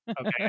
Okay